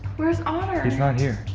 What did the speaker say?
where's otter? he's not here.